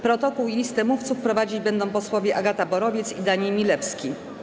Protokół i listę mówców prowadzić będą posłowie Agata Borowiec i Daniel Milewski.